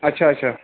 اچھا اچھا